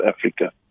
Africa